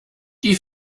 die